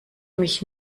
mich